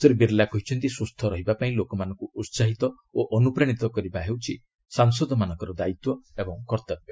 ଶ୍ରୀ ବିର୍ଲା କହିଛନ୍ତି ସୁସ୍ଥ ରହିବା ପାଇଁ ଲୋକମାନଙ୍କୁ ଉସାହିତ ଓ ଅନୁପ୍ରାଶିତ କରିବା ହେଉଛି ସାଂସଦ ମାନଙ୍କର ଦାୟିତ୍ୱ ଓ କର୍ତ୍ତବ୍ୟ